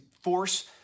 force